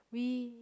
we